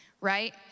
right